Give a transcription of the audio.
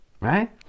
right